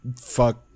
fuck